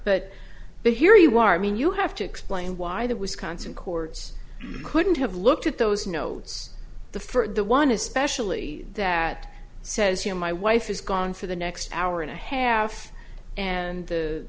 but here you are mean you have to explain why the wisconsin courts couldn't i've looked at those notes the for the one especially that says you know my wife is gone for the next hour and a half and the